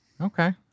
okay